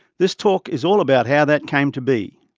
this talk is all about how that came to be.